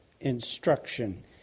instruction